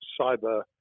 cyber